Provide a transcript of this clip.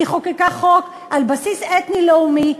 היא חוקקה חוק על בסיס אתני-לאומי.